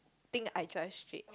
think I drive straight